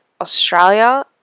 Australia